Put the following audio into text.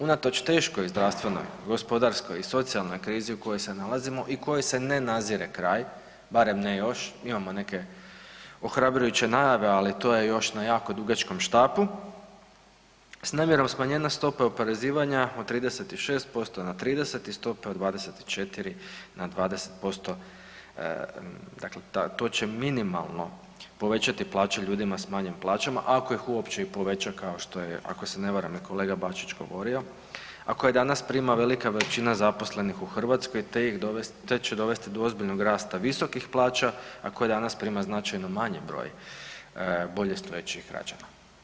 Unatoč teškoj zdravstvenoj, gospodarskoj i socijalnoj krizi u kojoj se nalazimo i kojoj se ne nazire kraj, barem ne još imamo neke ohrabrujuće najave, ali to je još na jako dugačkom štapu s namjerom smanjenja stope oporezivanja od 36% na 30 i stope od 24 na 20% dakle to će minimalno povećati plaće ljudima s manjim plaćama ako ih uopće i povećava kao što je ako se ne varam i kolega Bačić govorio, a koje danas prima velika većina zaposlenih u Hrvatskoj te će dovesti do ozbiljnog rasta visokih plaća, a koje danas prima značajno manji broj bolje stojećih građana.